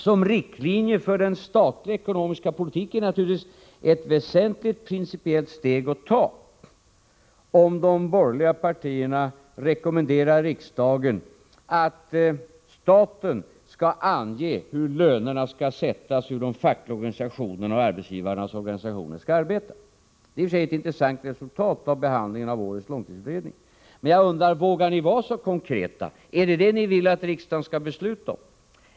Som riktlinje för den statliga ekonomiska politiken är det naturligtvis ett väsentligt principiellt steg att ta om de borgerliga partierna rekommenderar riksdagen att staten skall ange hur lönerna skall sättas, hur de fackliga organisationerna och arbetsgivarnas organisationer skall arbeta. Det är i och för sig ett intressant resultat av behandlingen av årets långtidsutredning. Men jag undrar: Vågar ni vara så konkreta? Är det detta ni vill att riksdagen skall besluta?